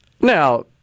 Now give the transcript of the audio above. Now